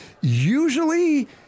usually